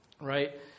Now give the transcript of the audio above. Right